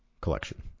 collection